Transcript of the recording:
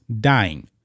dying